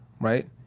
right